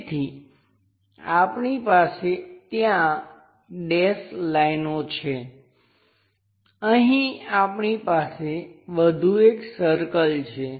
તેથી આપણી પાસે ત્યાં ડેશ લાઈનો છે અહીં આપણી પાસે વધુ એક સર્કલ છે